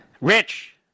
Rich